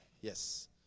Yes